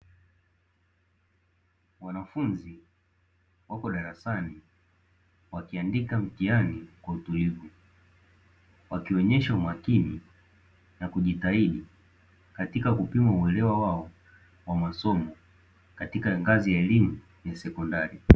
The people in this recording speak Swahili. Wanafunzi wapo darasani wakiandika mtiani kwa utulivu, wakionyesha umakini na kujitahidi katika kupima uelewa wao wa masomo katika ngazi ya elimu ya sekondari